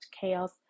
chaos